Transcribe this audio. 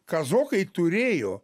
kazokai turėjo